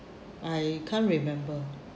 I can't remember